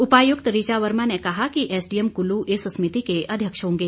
उपायुक्त ऋचा वर्मा ने कहा कि एसडीएम कुल्लू इस समिति के अध्यक्ष होंगे